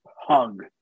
hug